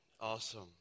awesome